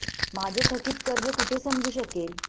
माझे थकीत कर्ज कुठे समजू शकेल?